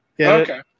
Okay